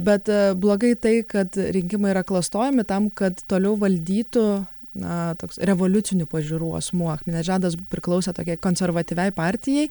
bet blogai tai kad rinkimai yra klastojami tam kad toliau valdytų na toks revoliucinių pažiūrų asmuo akmenedžadas priklausė tokiai konservatyviai partijai